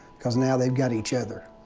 because now they've got each other.